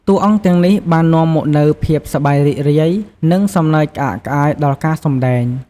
តួអង្គទាំងនេះបាននាំមកនូវភាពសប្បាយរីករាយ និងសំណើចក្អាកក្អាយដល់ការសម្តែង។